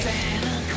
Santa